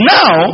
now